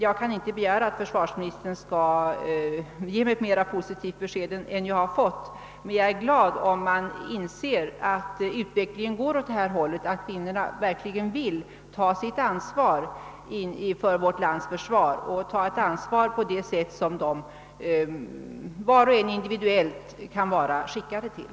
Jag kan inte begära att försvarsministern skall ge mig ett mera positivt besked än jag fått, men jag är glad om han inser att utvecklingen går åt detta håll och att kvinnorna verkligen vill ta sitt ansvar för vårt lands försvar och ta ett ansvar på det sätt som de var och en individuellt kan vara skickade till.